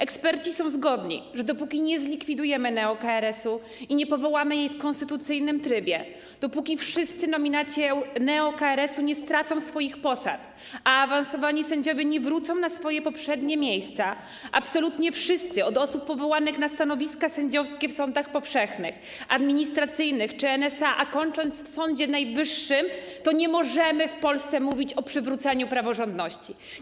Eksperci są zgodni, że dopóki nie zlikwidujemy neo-KRS-u i nie powołamy go w konstytucyjnym trybie, dopóki wszyscy nominaci neo-KRS-u nie stracą swoich posad, a awansowani sędziowie nie wrócą na swoje poprzednie miejsca, absolutnie wszyscy, od osób powołanych na stanowiska sędziowskie w sądach powszechnych, administracyjnych czy NSA, kończąc w Sądzie Najwyższym, dopóty nie będziemy mogli w Polsce mówić o przewróceniu praworządności.